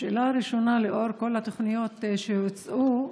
השאלה הראשונה: לאור כל התוכניות שהוצעו,